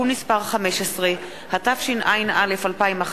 התשע"א 2011,